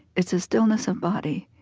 it's a stillness of body.